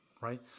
right